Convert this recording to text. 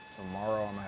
Tomorrow